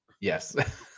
Yes